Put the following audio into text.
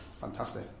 fantastic